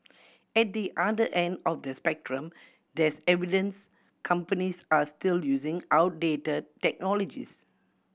at the other end of the spectrum there's evidence companies are still using outdated technologies